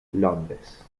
londres